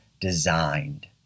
designed